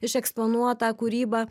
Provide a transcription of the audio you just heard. išeksponuota kūryba